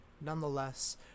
Nonetheless